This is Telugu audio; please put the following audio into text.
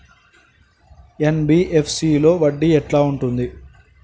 ఎన్.బి.ఎఫ్.సి లో వడ్డీ ఎట్లా ఉంటది?